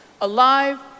alive